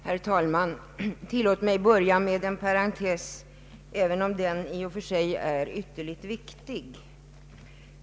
Herr talman! Tillåt mig att börja med en parentes, men den är i och för sig ytterligt viktig.